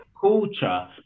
culture